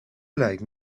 like